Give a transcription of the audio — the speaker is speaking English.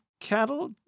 Cattle